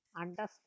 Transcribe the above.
Understand